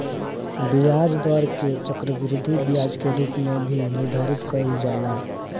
ब्याज दर के चक्रवृद्धि ब्याज के रूप में भी निर्धारित कईल जाला